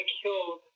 killed